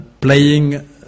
playing